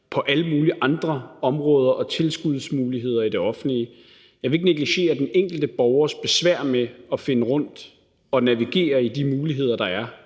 på alle mulige andre områder, herunder tilskudsmuligheder i det offentlige. Jeg vil ikke negligere den enkelte borgers besvær med at finde rundt i og navigere i de muligheder, der er,